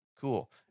cool